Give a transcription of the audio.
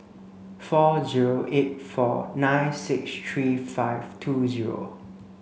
four zero eight four nine six three five two zero